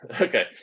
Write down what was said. okay